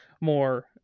more